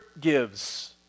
gives